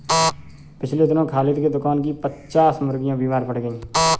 पिछले दिनों खालिद के दुकान की पच्चास मुर्गियां बीमार पड़ गईं